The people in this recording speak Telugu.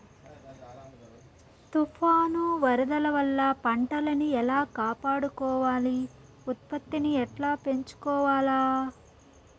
తుఫాను, వరదల వల్ల పంటలని ఎలా కాపాడుకోవాలి, ఉత్పత్తిని ఎట్లా పెంచుకోవాల?